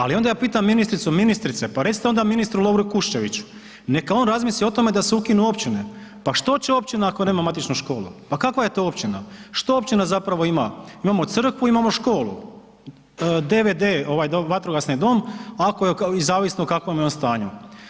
Ali onda ja pitam ministricu, ministrice pa recite onda ministru Lovru Kuščeviću neka on razmisli o tome da se ukinu općine, pa što će općina ako nema matična škola, pa kakva je to općina, što općina zapravo ima, imamo crkvu, imamo školu, DVD ovaj vatrogasni dom i zavisno u kakvom je on stanju.